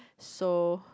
so